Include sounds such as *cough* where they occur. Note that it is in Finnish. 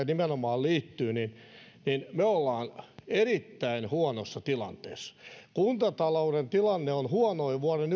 *unintelligible* nimenomaan liittyy niin niin me olemme erittäin huonossa tilanteessa kuntatalouden tilanne on huonoin vuoden *unintelligible*